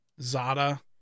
Zada